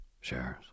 shares